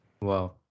Wow